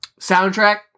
Soundtrack